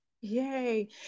Yay